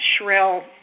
shrill